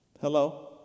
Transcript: Hello